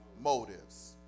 motives